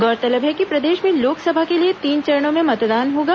गौरतलब है कि प्रदेश में लोकसभा के लिए तीन चरणों में मतदान होगा